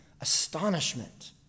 astonishment